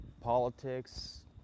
politics